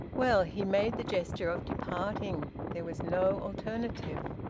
well he made the gesture of departing. there was no alternative.